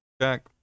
Jack